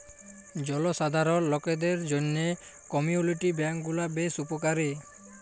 জলসাধারল লকদের জ্যনহে কমিউলিটি ব্যাংক গুলা বেশ উপকারী